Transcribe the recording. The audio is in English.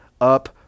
up